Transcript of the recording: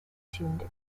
tuned